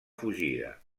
fugida